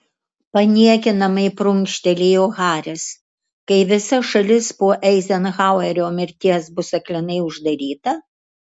paniekinamai prunkštelėjo haris kai visa šalis po eizenhauerio mirties bus aklinai uždaryta